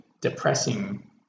depressing